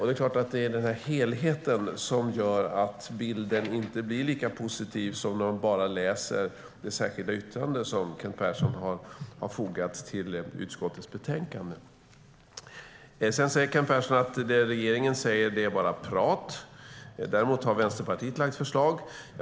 Det är klart att det är den helheten som gör att bilden inte blir lika positiv som när man bara läser det särskilda yttrande som Kent Persson har fogat till utskottets betänkande. Kent Persson säger att det regeringen säger är bara prat men att Vänsterpartiet har lagt fram förslag.